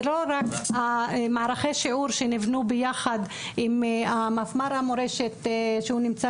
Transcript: זה לא רק מערכי שיעור שניבנו ביחד עם מפמ"ר המורשת שהוא נמצא